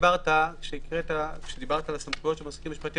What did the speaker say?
כשדיברת על הסמכויות של מזכיר משפטי,